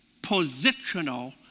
Positional